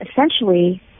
essentially